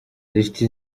zifite